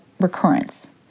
recurrence